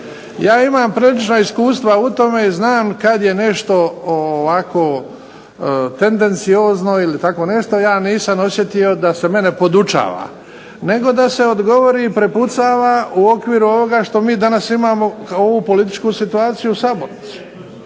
Ja imam pregršt iskustva u tome i znam kad je nešto ovako tendenciozno ili tako nešto. Ja nisam osjetio da se mene podučava, nego da se odgovori i prepucava u okviru ovoga što mi danas imamo ovu političku situaciju u sabornici.